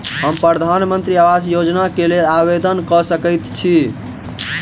हम प्रधानमंत्री आवास योजना केँ लेल आवेदन कऽ सकैत छी?